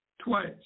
twice